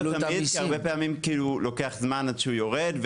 לא תמיד, כי הרבה פעמים לוקח זמן עד שהוא יורד.